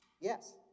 Yes